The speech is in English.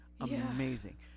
amazing